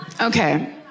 okay